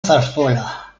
zarzuela